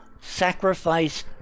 sacrifice